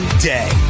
day